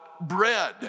bread